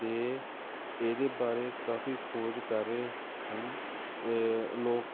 ਅਤੇ ਇਹਦੇ ਬਾਰੇ ਕਾਫੀ ਖੋਜ ਕਰ ਰਹੇ ਹਨ ਲੋਕ